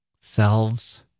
selves